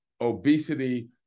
obesity